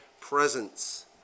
presence